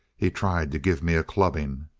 he tried to give me a clubbing.